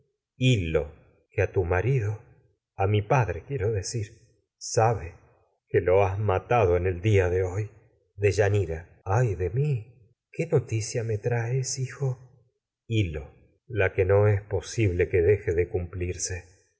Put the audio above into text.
que a tu marido en a mi padre quiero decir sabe que lo has matado el dia de hoy me deyanira hil lo la ay de mi qué noticia es traes hijo que posible que deje de cumplirse